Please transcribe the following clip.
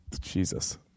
Jesus